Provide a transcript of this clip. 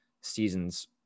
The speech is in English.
seasons